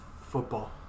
football